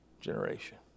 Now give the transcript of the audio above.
generation